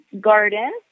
garden